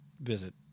visit